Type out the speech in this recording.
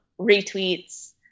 retweets